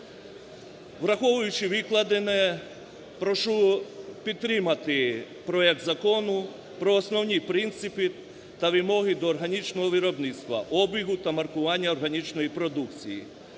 Враховуючи викладене, прошу підтримати проект Закону про основні принципи та вимоги до органічного виробництва, обігу та маркування органічної продукції,